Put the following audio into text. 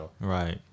right